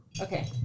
Okay